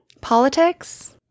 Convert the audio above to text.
Politics